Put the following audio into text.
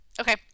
Okay